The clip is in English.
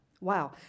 Wow